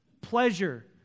pleasure